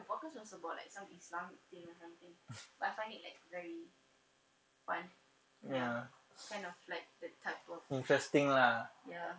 podcast was about like some islamic thing or something but find it like very fun ya kind of like the type of ya